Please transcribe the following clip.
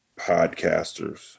podcasters